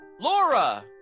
Laura